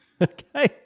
Okay